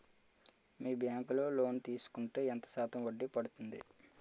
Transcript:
మీ bank లో loan తీసుకుంటే ఎంత శాతం వడ్డీ పడ్తుంది?